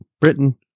britain